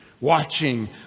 Watching